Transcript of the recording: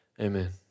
amen